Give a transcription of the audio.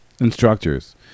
instructors